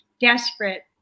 desperate